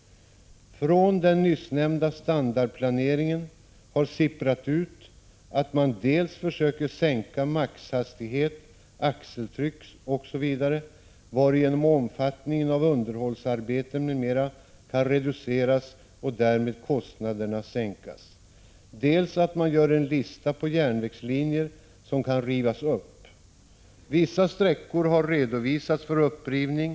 Från den nyssnämnda standardplaneringen har ”sipprat ut” att man dels försöker sänka maximihastighet, axeltryck osv., varigenom omfattningen av underhållsarbeten m.m. kan reduceras och därmed kostnaderna sänkas, dels att man gör en lista över järnvägslinjer som kan rivas upp. Vissa sträckor har redovisats för upprivning.